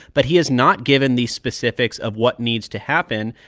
but he has not given the specifics of what needs to happen.